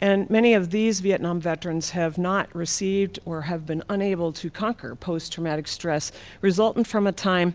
and many of these vietnam veterans have not received or have been unable to conquer post-traumatic stress resulted from a time